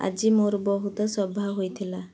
ଆଜି ମୋର ବହୁତ ସଭା ହୋଇଥିଲା